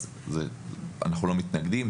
אז אנחנו לא מתנגדים,